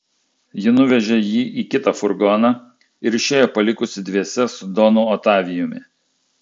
ji nuvežė jį į kitą furgoną ir išėjo palikusi dviese su donu otavijumi